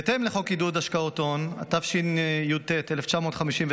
בהתאם לחוק עידוד השקעות הון, התשי"ט 1959,